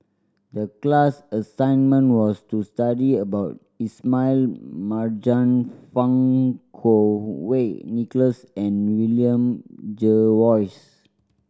the class assignment was to study about Ismail Marjan Fang Kuo Wei Nicholas and William Jervois